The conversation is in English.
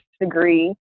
degree